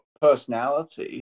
personality